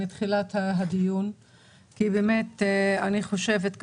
אני חושבת,